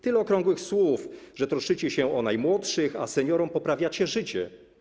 Tyle okrągłych słów, że troszczycie się o najmłodszych, a seniorom poprawiacie życie.